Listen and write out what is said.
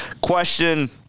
question –